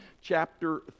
chapter